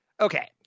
Okay